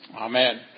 Amen